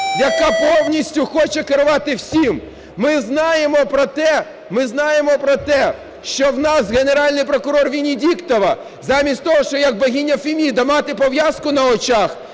яка повністю хоче керувати всім. Ми знаємо про те, що в нас Генеральний прокурор Венедіктова, заміть того щоб, як богиня Феміда, мати пов'язку на очах,